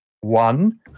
one